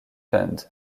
fund